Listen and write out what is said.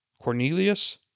Cornelius